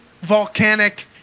volcanic